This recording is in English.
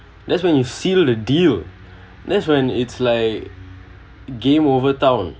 that's when you seal the deal that's when it's like game over town